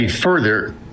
further